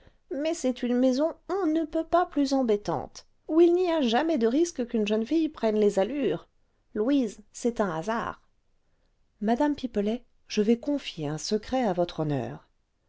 mais c'est une maison on ne peut pas plus embêtante où il n'y a jamais de risque qu'une jeune fille prenne les allures louise c'est un hasard madame pipelet je vais confier un secret à votre honneur